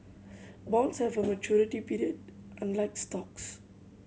bonds have a maturity period unlike stocks